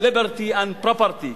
liberty and property.